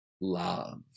love